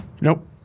Nope